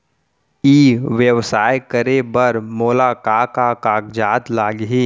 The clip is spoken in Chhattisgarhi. ई व्यवसाय करे बर मोला का का कागजात लागही?